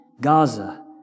Gaza